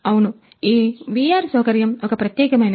అవును ఈ వీఆర్ సౌకర్యం ఒక ప్రత్యేకమైనది